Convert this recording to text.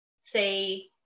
say